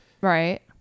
right